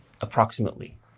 Approximately